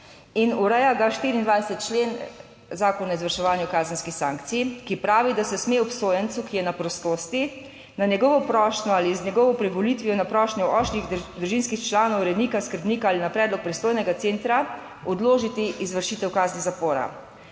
ureja ga 24. člen Zakona o izvrševanju kazenskih sankcij, ki pravi, da se sme obsojencu, ki je na prostosti na njegovo prošnjo ali z njegovo privolitvijo, na prošnjo osmih družinskih članov, urednika, skrbnika ali na predlog pristojnega centra odložiti izvršitev kazni zapora.